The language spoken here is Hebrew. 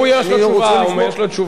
אני רוצה לשמוע, הוא, יש לו תשובה.